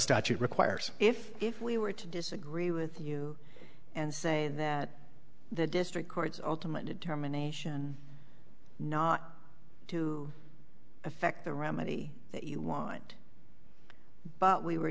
statute requires if if we were to disagree with you and say that the district court's ultimate determination not to affect the remedy you want but we were